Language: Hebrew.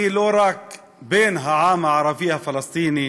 אני לא רק בן העם הערבי הפלסטיני,